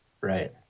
Right